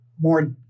more